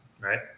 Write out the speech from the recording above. right